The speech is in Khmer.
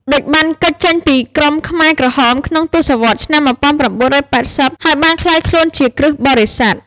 ឌុច បានគេចចេញពីក្រុមខ្មែរក្រហម ក្នុងទសវត្សរ៍ឆ្នាំ១៩៨០ ហើយបានក្លាយខ្លួនជាគ្រិស្តបរិស័ទ។